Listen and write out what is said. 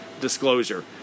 disclosure